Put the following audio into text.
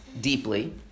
deeply